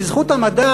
בזכות המדע,